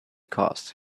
costs